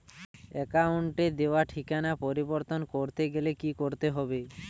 অ্যাকাউন্টে দেওয়া ঠিকানা পরিবর্তন করতে গেলে কি করতে হবে?